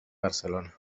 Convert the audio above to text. barcelona